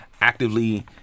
actively